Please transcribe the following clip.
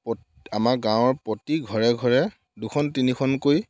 প আমাৰ গাঁৱৰ প্ৰতি ঘৰে ঘৰে দুখন তিনিখনকৈ